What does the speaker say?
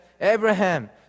Abraham